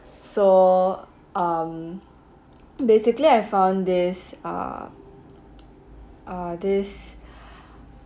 so um basically I found this ah ah this